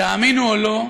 תאמינו או לא,